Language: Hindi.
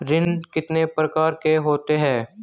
ऋण कितने प्रकार के होते हैं?